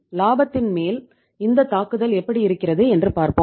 லாபத்தின் மேல் இந்தத் தாக்குதல் எப்படி இருக்கிறது என்று பார்ப்போம்